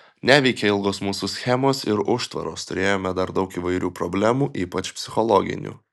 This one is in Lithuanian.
neveikė ilgos mūsų schemos ir užtvaros turėjome dar daug įvairių problemų ypač psichologinių